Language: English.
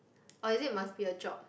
or it is must be a job